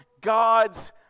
God's